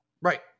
Right